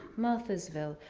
marthasville,